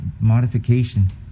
modification